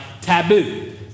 taboo